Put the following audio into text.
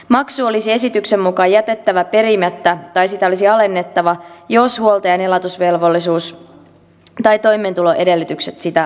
maksu olisi esityksen mukaan jätettävä perimättä tai sitä olisi alennettava jos huoltajan elatusvelvollisuus tai toimeentuloedellytykset sitä vaativat